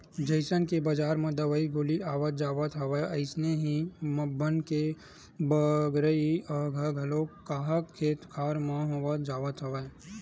जइसन के बजार म दवई गोली आवत जावत हवय अइसने ही बन के बगरई ह घलो काहक खेत खार म होवत जावत हवय